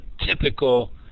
typical